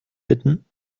bitten